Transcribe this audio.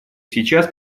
сейчас